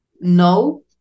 no